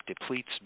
depletes